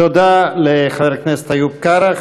תודה לחבר הכנסת איוב קרא.